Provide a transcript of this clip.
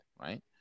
right